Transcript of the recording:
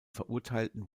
verurteilten